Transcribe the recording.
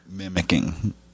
mimicking